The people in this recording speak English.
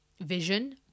vision